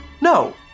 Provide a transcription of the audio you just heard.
No